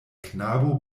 knabo